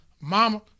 mama